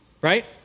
Right